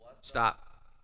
Stop